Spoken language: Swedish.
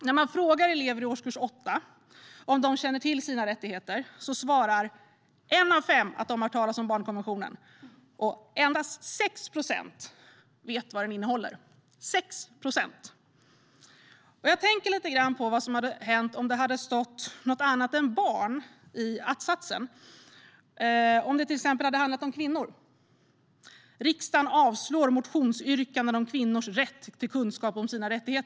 När man frågar elever i årskurs 8 om de känner till sina rättigheter svarar en av fem att de har hört talas om barnkonventionen, och endast 6 procent vet vad den innehåller. Vad hade hänt om det hade stått något annat än "barn" i att-satsen - om det till exempel hade handlat om kvinnor: Riksdagen avslår motionsyrkanden om kvinnors rätt till kunskap om sina rättigheter.